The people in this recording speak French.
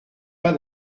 pas